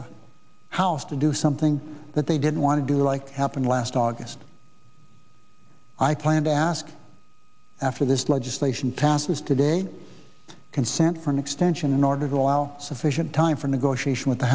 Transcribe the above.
the house to do something that they didn't want to do like happened last august i plan to ask after this legislation passes today consent for an extension in order to allow sufficient time for negotiation with the